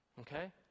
Okay